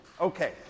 Okay